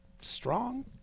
strong